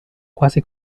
quasi